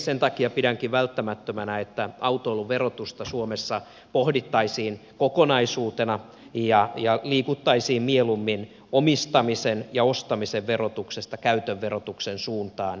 sen takia pidänkin välttämättömänä että autoilun verotusta suomessa pohdittaisiin kokonaisuutena ja liikuttaisiin mieluummin omistamisen ja ostamisen verotuksesta käytön verotuksen suuntaan